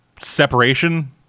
separation